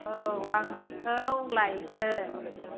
औ आं बेखौ लायगोन